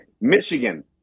Michigan